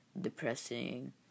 depressing